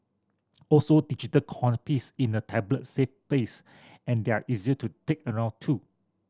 also digital piece in a tablet save space and they are easier to take around too